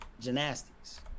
Gymnastics